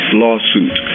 lawsuit